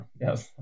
Yes